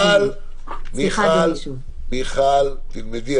מיכל, תלמדי.